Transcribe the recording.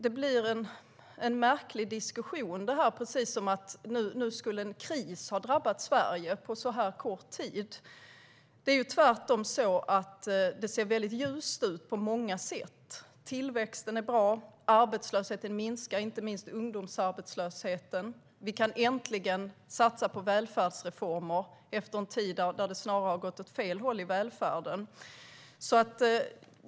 Det blir en märklig diskussion när det låter som att en kris skulle ha drabbat Sverige på så här kort tid. Det är tvärtom så att det på många sätt ser väldigt ljust ut. Tillväxten är bra. Arbetslösheten minskar, inte minst ungdomsarbetslösheten. Vi kan äntligen satsa på välfärdsreformer efter en tid då det snarare gått åt fel håll i välfärden.